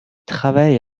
travaille